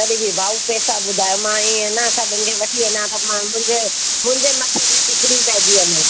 तॾहिं बि भाउ पैसा ॿुधायो मां ईअं न सभिनि खे वठी वञा सभु माण्हू मुंहिंजे मुंहिंजे मथे ते ठिकरी पइजी वञे